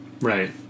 Right